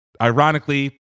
ironically